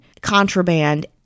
contraband